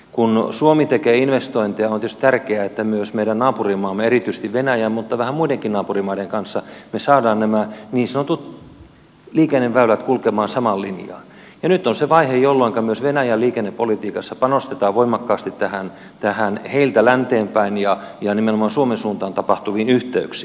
kun suomi tekee investointeja on tietysti tärkeää että myös meidän naapurimaamme erityisesti venäjän mutta vähän muidenkin naapurimaiden kanssa me saamme nämä niin sanotut liikenneväylät kulkemaan samaa linjaa ja nyt on se vaihe jolloinka myös venäjän liikennepolitiikassa panostetaan voimakkaasti näihin heiltä länteen päin ja nimenomaan suomen suuntaan tapahtuviin yhteyksiin